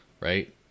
right